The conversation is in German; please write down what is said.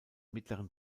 mittleren